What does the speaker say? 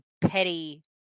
petty